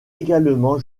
également